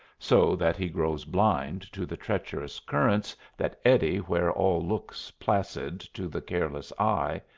so that he grows blind to the treacherous currents that eddy where all looks placid to the careless eye,